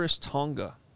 Tonga